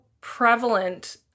prevalent